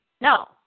No